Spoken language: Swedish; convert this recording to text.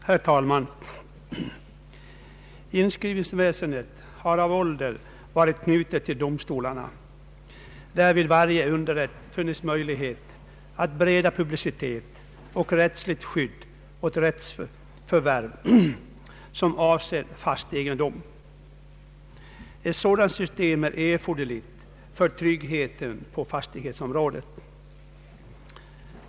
Herr talman! Inskrivningsväsendet har av ålder varit knutet till domstolarna där det vid varje underrätt funnits möjlighet att bereda publicitet och rättsligt skydd åt rättsförvärv som avser fast egendom. Ett sådant system är erforderligt för tryggheten på fastighetsområdet.